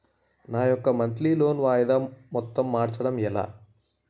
నా యెక్క monthly loan వాయిదా మొత్తం మార్చడం ఎలా?